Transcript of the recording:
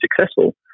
successful